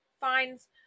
fines